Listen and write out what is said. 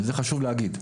וזה חשוב להגיד.